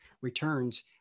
returns